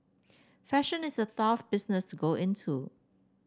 fashion is a tough business go into